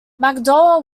mcdowell